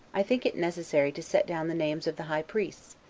i think it necessary to set down the names of the high priests,